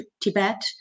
Tibet